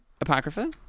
Apocrypha